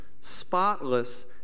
spotless